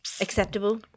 acceptable